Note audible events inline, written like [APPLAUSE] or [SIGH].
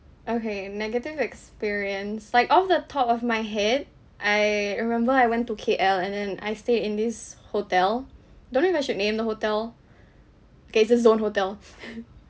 okay negative experience like off the top of my head I remember I went to K_L and then I stayed in this hotel don't know if I should name the hotel [BREATH] okay just zon hotel [LAUGHS]